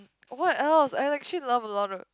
what else I actually love a lot of